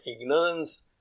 ignorance